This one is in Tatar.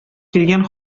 килгән